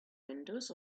windows